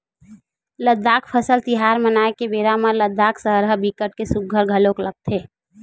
लद्दाख फसल तिहार मनाए के बेरा म लद्दाख सहर ह बिकट के सुग्घर घलोक लगथे